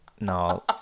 No